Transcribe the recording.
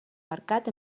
marcat